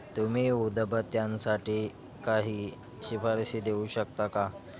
तुम्ही उदबत्यांसाठी काही शिफारसी देऊ शकता का